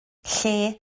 lle